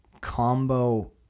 Combo